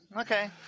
Okay